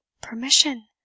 permission